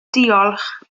diolch